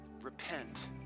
repent